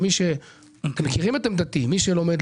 אתם מכירים את עמדתי - מי שלומד,